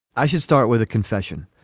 i should start with a confession.